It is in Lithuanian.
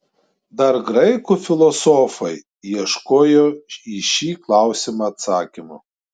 dar graikų filosofai ieškojo į šį klausimą atsakymo